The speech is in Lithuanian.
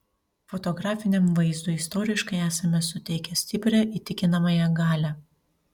fotografiniam vaizdui istoriškai esame suteikę stiprią įtikinamąją galią